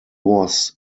was